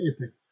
epic